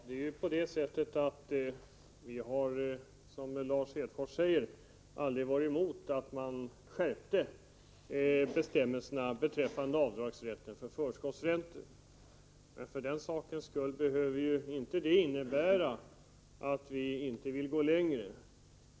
Fru talman! Vi har, som Lars Hedfors säger, aldrig varit emot att man skärpte bestämmelserna beträffande avdrag för förskottsräntor. Men det behöver ju inte innebära att vi inte vill gå längre.